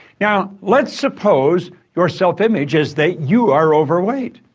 now, let's suppose your self image is that you are overweight.